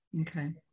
Okay